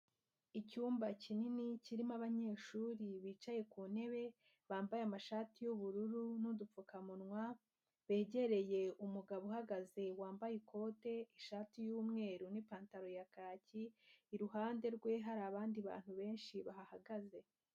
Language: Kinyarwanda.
Icyumba kinini kirimo abanyeshuri bicaye ku ntebe bambaye amashati y'ubururu n'udupfukamunwa, begereye umugabo uhagaze wambaye ikote, ishati y'umweru n'ipantaro ya kaki iruhande rwe hari abandi bantu benshi bahagaze.